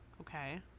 Okay